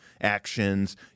actions